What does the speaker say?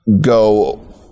go